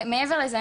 כדורסל.